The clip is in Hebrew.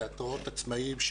תיאטראות עצמאיים,